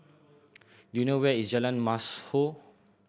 do you know where is Jalan Mashhor